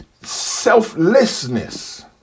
Selflessness